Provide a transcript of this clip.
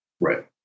Right